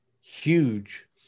Huge